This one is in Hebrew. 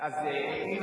את זה.